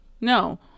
No